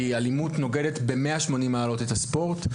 כי אלימות נוגדת ב-180 מעלות את הספורט,